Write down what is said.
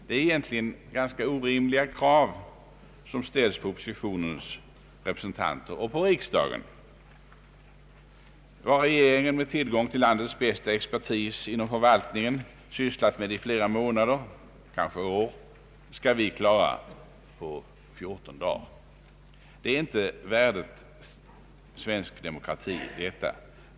Det är egentligen ganska orimliga krav som ställs på oppositionens representanter och på riksdagen. Tiden är för knapp. Vad regeringen med tillgång till landets bästa expertis inom förvaltningen sysslat med i flera månader, kanske år, skall vi klara på 14 dagar. Detta är inte värdigt svensk demokrati.